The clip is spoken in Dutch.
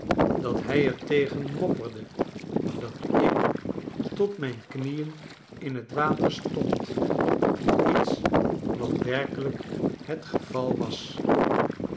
dat hij er tegen mopperde dat ik tot mijnknieen in t water stond iets wat werkelijk het geval was